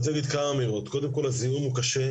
אני רוצה להגיד כמה אמירות: הזיהום הוא קשה,